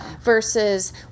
versus